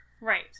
Right